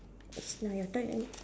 it's now your turn